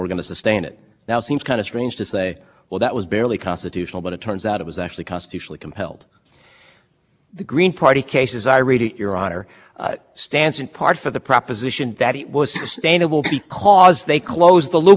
part for the proposition that it was a stain of will because they close the loophole that the green party said it would make no sense the court said to allow to ban corporations from making the contributions but to allow the owner of the corporation who has